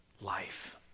life